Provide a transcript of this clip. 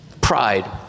Pride